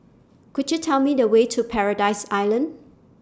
Could YOU Tell Me The Way to Paradise Island